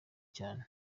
cyane